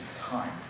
time